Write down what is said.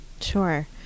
sure